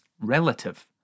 relative